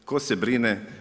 Tko se brine?